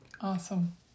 awesome